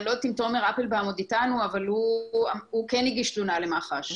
אני לא יודעת אם תומר אפלבאום עוד איתנו אבל הוא כן הגיש תלונה למח"ש,